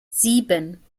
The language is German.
sieben